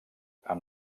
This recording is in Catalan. amb